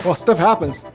ah stuff happens.